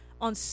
On